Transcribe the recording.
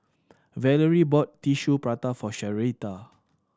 Valarie brought Tissue Prata for Sherita